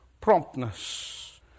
promptness